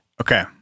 Okay